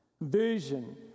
vision